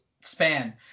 span